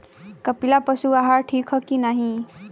कपिला पशु आहार ठीक ह कि नाही?